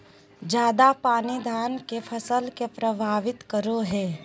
ज्यादा पानी धान के फसल के परभावित करो है?